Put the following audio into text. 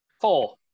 four